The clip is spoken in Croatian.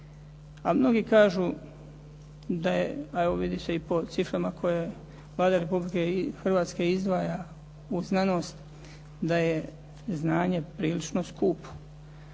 A mnogi kažu da je, a evo vidi se i po ciframa koje Vlada Republike Hrvatske izdvaja u znanost da je znanje prilično skupo.